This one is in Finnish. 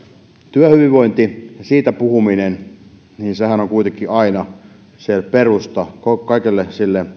työhyvinvointi siitä puhuminen sehän on kuitenkin aina se perusta kaikelle